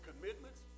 commitments